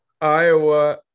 Iowa